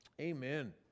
amen